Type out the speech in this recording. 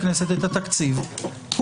אני מציע שתקפצי, זה חשוב.